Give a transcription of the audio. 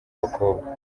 bakobwa